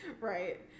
Right